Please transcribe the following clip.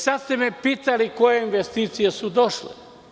Sada ste me pitali – koje investicije su došle?